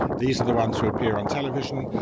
these are the ones who appear on television,